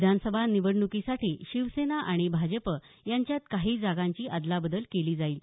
विधानसभा निवडणुकीसाठी शिवसेना आणि भाजप यांच्यात काही जागांची अदलाबदल केली जाईल